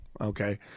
okay